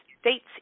States